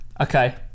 Okay